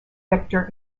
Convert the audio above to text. vector